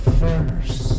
first